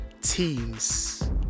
teams